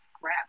crap